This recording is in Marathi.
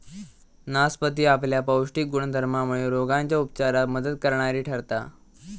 नासपती आपल्या पौष्टिक गुणधर्मामुळे रोगांच्या उपचारात मदत करणारी ठरता